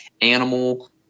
animal